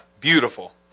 Beautiful